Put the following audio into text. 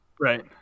Right